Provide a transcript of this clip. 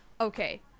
okay